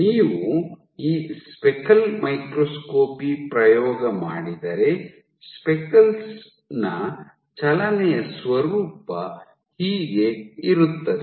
ನೀವು ಈ speckle microscopy ಪ್ರಯೋಗ ಮಾಡಿದರೆ ಸ್ಪೆಕಲ್ಸ್ ನ ಚಲನೆಯ ಸ್ವರೂಪ ಹೀಗೆ ಇರುತ್ತದೆ